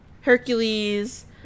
Hercules